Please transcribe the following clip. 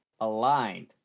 aligned